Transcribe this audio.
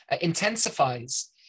intensifies